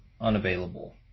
unavailable